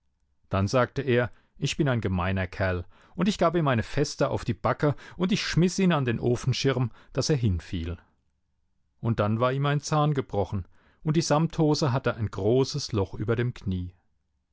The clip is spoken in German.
dann sagte er ich bin ein gemeiner kerl und ich gab ihm eine feste auf die backe und ich schmiß ihn an den ofenschirm daß er hinfiel und dann war ihm ein zahn gebrochen und die samthose hatte ein großes loch über dem knie